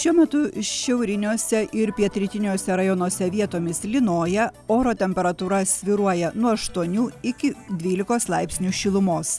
šiuo metu šiauriniuose ir pietrytiniuose rajonuose vietomis lynoja oro temperatūra svyruoja nuo aštuonių iki dvylikos laipsnių šilumos